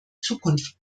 zukunft